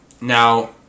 Now